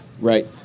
right